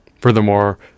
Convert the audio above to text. Furthermore